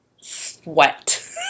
sweat